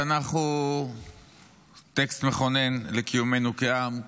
התנ"ך הוא טקסט מכונן לקיומנו כעם,